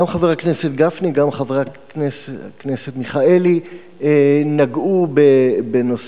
גם חבר הכנסת גפני וגם חבר הכנסת מיכאלי נגעו בנושא